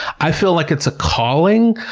i feel like it's a calling.